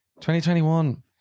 2021